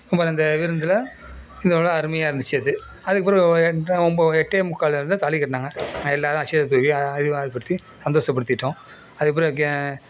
அப்பறம் அந்த விருந்தில் இதோட அருமையாக இருந்துச்சு அது அதுக்கப்பறம் ஒரு எட்ரை ஒம்போ எட்டே முக்காலுக்கு தான் தாலி கட்டினாங்க நாங்கள் எல்லோரும் அட்சதை தூவி படுத்தி சந்தோசப்படுத்திட்டோம் அதுக்கப்பறம் இங்கே